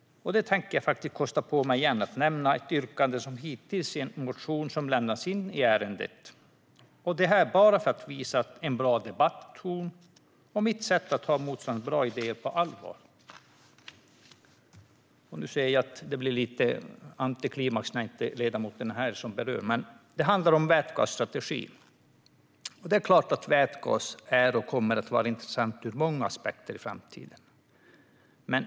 Det tänker jag faktiskt kosta på mig igen - att nämna ett yrkande i en motion som lämnats in i ärendet. Detta bara för att visa god debatton och mitt sätt att ta motståndares goda idéer på allvar. Nu ser jag att den berörda ledamoten inte är här, så det blir lite av en antiklimax, men det handlar om vätgasstrategin. Det är klart att vätgas är och kommer att vara intressant ur många aspekter i framtiden.